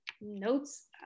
notes